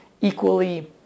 equally